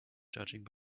judging